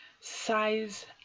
size